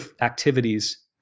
activities